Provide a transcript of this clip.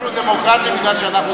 אנחנו דמוקרטיה כי אנחנו דמוקרטיה.